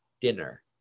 dinner